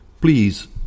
please